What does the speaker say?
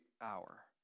hour